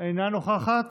אינה נוכחת.